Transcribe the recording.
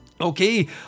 Okay